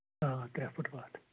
آ ترٛےٚ فٕٹہٕ وَتھ